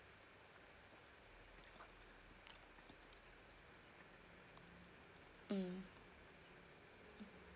mm